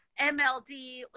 MLD